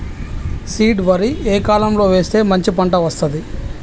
Seed వరి ఏ కాలం లో వేస్తే మంచి పంట వస్తది?